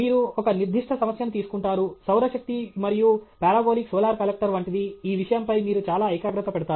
మీరు ఒక నిర్దిష్ట సమస్యను తీసుకుంటారు సౌర శక్తి మరియు పారాబొలిక్ సోలార్ కలెక్టర్ వంటిది ఈ విషయంపై మీరు చాలా ఏకాగ్రత పెడతారు